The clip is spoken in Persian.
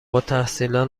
التحصیلان